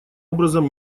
образом